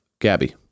Gabby